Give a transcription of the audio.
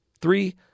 Three